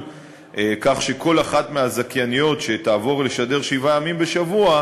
כך שכל אחת מהזכייניות שתעבור לשבעה ימים בשבוע